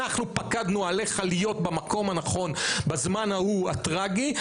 אנחנו פקדנו עליך להיות במקום הנכון בזמן ההוא הטרגי.